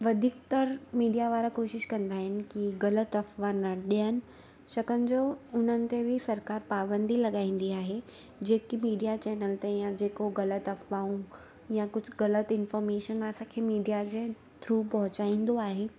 अधिकतर मीडिआ वारा कोशिशि कंदा आहिनि की ग़लति अफ़वाह न ॾियनि छाकाणि त हुनते बि सरिकार पाबंदी लॻाईंदी आहे जेकी मीडिआ चैनल ते या जेको ग़लति अफ़वाहूं या कुझु ग़लति इंफोरमेशन जेको मीडिआ जे थ्रू पहुचाईंदो आहे